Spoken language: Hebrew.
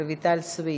רויטל סויד,